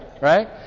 right